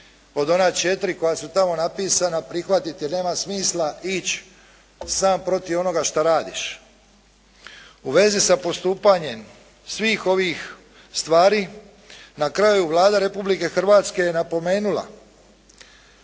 od ona 4 koja su tamo napisana prihvatiti jer nema smisla ići samo protiv onoga što radiš. U vezi sa postupanjem svih ovih stvari, na kraju Vlada Republike Hrvatske je napomenula